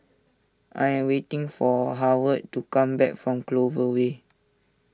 I am waiting for Howard to come back from Clover Way